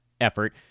effort